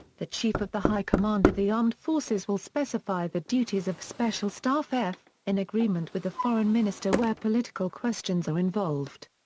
the chief of the high command of the armed forces will specify the duties of special staff f, in agreement with the foreign minister where political questions are involved.